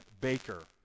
Baker